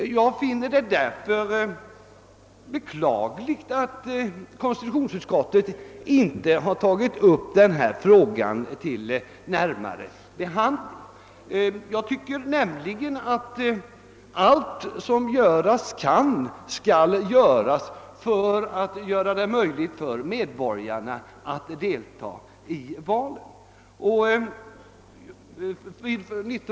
Jag finner det därför beklagligt att konstitutionsutskottet inte tagit upp denna fråga till närmare behandling, ty allt som göras kan bör också göras för att bereda medborgarna möjlighet att delta i valet.